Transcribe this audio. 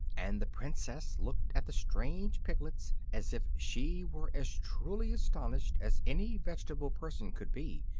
and the princess looked at the strange piglets as if she were as truly astonished as any vegetable person could be.